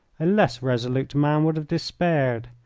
a less resolute man would have despaired.